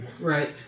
Right